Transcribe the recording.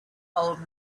old